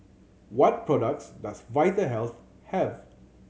what products does Vitahealth have